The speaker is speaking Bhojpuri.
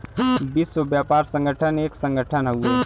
विश्व व्यापार संगठन एक संगठन हउवे